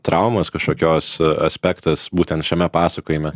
traumos kažkokios aspektas būtent šiame pasakojime